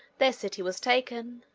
their city was taken.